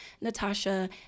Natasha